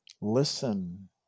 listen